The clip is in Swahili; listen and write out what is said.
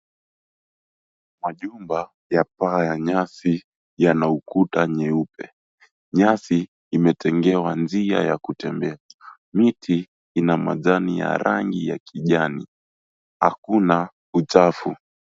Majumba ya paa ya nyasi yana ukuta nyeupe. Nyasi imetengewa njia ya kutembea. Viti vina majani ya rangi ya kijani. Hakuna uchafu.